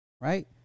right